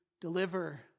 deliver